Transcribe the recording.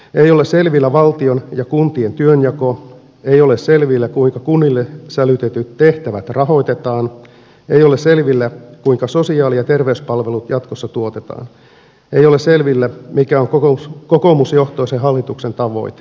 ei ole selvillä valtion ja kuntien työnjako ei ole selvillä kuinka kunnille sälytetyt tehtävät rahoitetaan ei ole selvillä kuinka sosiaali ja terveyspalvelut jatkossa tuotetaan ei ole selvillä mikä on kokoomusjohtoisen hallituksen tavoite